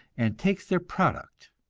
and takes their product,